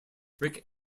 rick